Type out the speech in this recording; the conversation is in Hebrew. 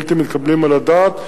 מתקבלים על הדעת.